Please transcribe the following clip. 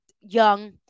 young